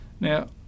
Now